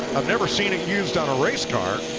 um never seen it used on a race car